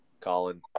Colin